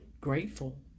grateful